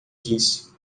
disse